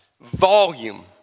volume